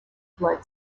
blood